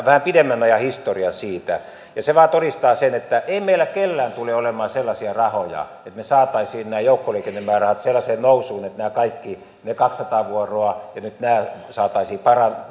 vähän pidemmän ajan historian siitä se vain todistaa sen että ei meillä kenelläkään tule olemaan sellaisia rahoja että me saisimme nämä joukkoliikennemäärärahat sellaiseen nousuun että nämä kaikki kaksisataa vuoroa ja nyt nämä saataisiin